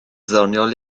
ddoniol